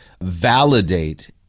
validate